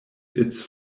its